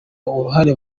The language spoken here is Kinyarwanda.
uruhare